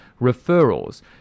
referrals